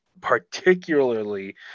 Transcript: particularly